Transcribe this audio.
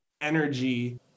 energy